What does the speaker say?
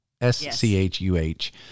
S-C-H-U-H